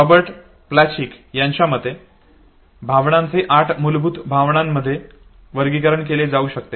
Robert Plutchik यांच्या मते सर्व भावनांचे आठ मूलभूत भावनांमध्ये वर्गीकरण केले जाऊ शकते